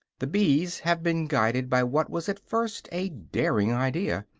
the bees have been guided by what was at first a daring idea,